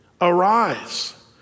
Arise